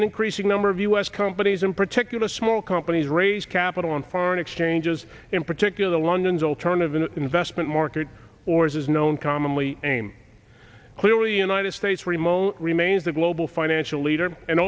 an increasing number of u s companies in particular small companies raise capital on foreign exchanges in particular london's alternative an investment market or as is known commonly aim clearly united states remote remains the global financial leader and